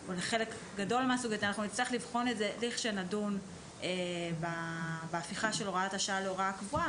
או לחלק גדול מהסוגיות לכשנדון בהפיכה של הוראת השעה להוראה קבועה.